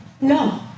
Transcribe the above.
No